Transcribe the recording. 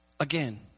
Again